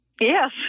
Yes